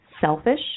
selfish